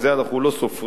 את זה אנחנו לא סופרים.